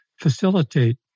facilitate